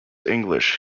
english